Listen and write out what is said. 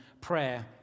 prayer